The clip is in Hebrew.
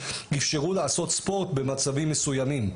אפשרו לעשות ספורט במצבים מסוימים.